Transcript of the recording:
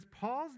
Paul's